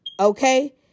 okay